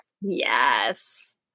Yes